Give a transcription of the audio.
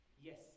Yes